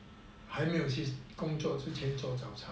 还没有去工作之前做早操